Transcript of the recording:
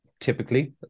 typically